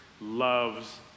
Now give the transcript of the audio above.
loves